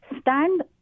stand